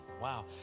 Wow